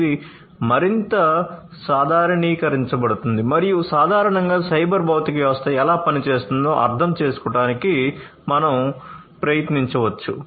ఇది మరింత సాధారణీకరించబడుతుంది మరియు సాధారణంగా సైబర్ భౌతిక వ్యవస్థ ఎలా పని చేస్తుందో అర్థం చేసుకోవడానికి మనం ప్రయత్నించవచ్చు